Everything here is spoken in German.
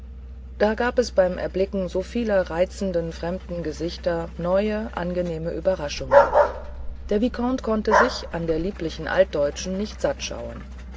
da gab es beim erblicken so vieler reizenden fremden gesichter neue angenehme überraschungen der vicomte konnte sich an der lieblichen altdeutschen nicht satt schauen